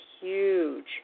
huge